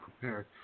prepared